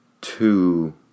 Two